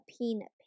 peanut